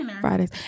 Fridays